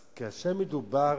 אז כאשר מדובר